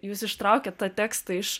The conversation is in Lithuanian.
jūs ištraukėt tą tekstą iš